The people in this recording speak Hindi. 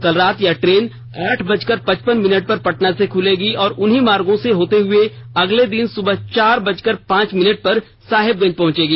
कल रात यह ट्रेन आठ बजकर पचपन मिनट पर पटना से खुलेगी और उन्हीं मार्गो से होते हुई अगले दिन सुबह चार बजकर पांच मिनट पर साहिबगंज पहुंचेगी